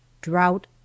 drought